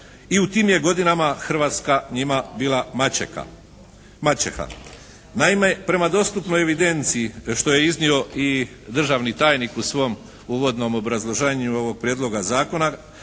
i u tim je godinama Hrvatska njima bila maćeha. Naime, prema dostupnoj evidenciji što je iznio i državni tajnik u svom uvodnom obrazloženju ovog prijedloga zakona